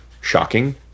shocking